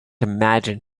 imagine